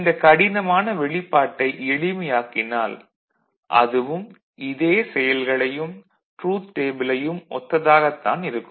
இந்த கடினமான வெளிப்பாட்டை எளிமையாக்கினால் அதுவும் இதே செயல்களையும் ட்ரூத் டேபிளையும் ஒத்ததாகத் தான் இருக்கும்